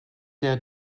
der